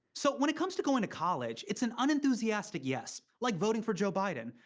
so when it comes to going to college, it's an unenthusiastic yes. like voting for joe biden.